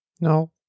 No